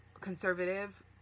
conservative